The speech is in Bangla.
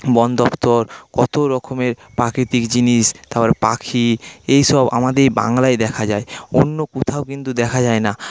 বনদপ্তর কতো রকমের প্রাকৃতিক জিনিস তারপর পাখি এইসব আমাদের এই বাংলায় দেখা যায় অন্য কোথাও কিন্তু দেখা যায় না